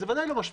ודאי שלא.